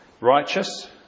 Righteous